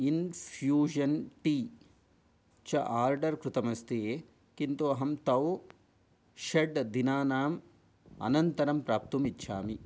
infusion tea च order कृतम् अस्ति किन्तु अहं तौ षट् दिनानाम् अनन्तरं प्रप्तुम् इच्छामि